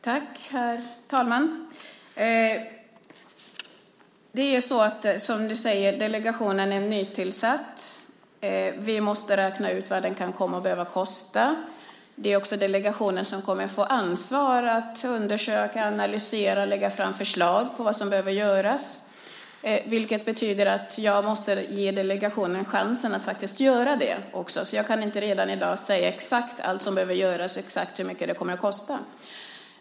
Herr talman! Det är så, som Helene Petersson säger, att delegationen är nytillsatt. Vi måste räkna ut vad den kan komma att behöva kosta. Det är också delegationen som kommer att få i ansvar att undersöka, analysera och lägga fram förslag om vad som behöver göras. Det betyder att jag måste ge delegationen chansen att faktiskt göra det också, så jag kan inte redan i dag säga exakt allt som behöver göras och exakt hur mycket det kommer att kosta.